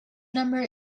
number